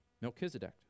Melchizedek